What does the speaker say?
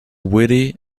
witty